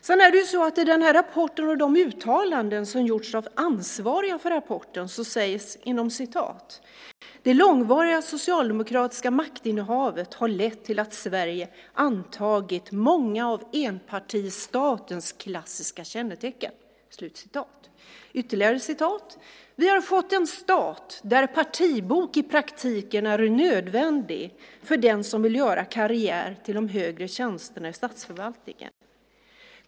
Sedan sägs det i den här rapporten och i de uttalanden som gjorts av ansvariga för rapporten att "det långvariga socialdemokratiska maktinnehavet lett till att Sverige antagit många av enpartistatens klassiska kännetecken". Jag har ytterligare citat: "Vi har fått en stat där partibok i praktiken är nödvändig för den som vill göra karriär till de högre tjänsterna i statsförvaltningen."